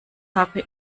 habe